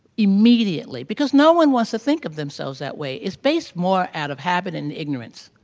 immediately. because no one wants to think of themselves that way. it's based more out of habit and ignorance.